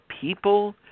people